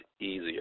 easier